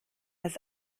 das